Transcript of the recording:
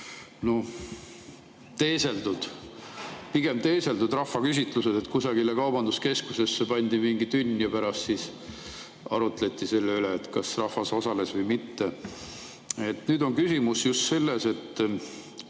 mis olid pigem teeseldud rahvaküsitlused, kui kusagile kaubanduskeskusesse pandi mingi tünn ja pärast arutleti selle üle, kas rahvas osales või mitte. Nüüd on küsimus selles,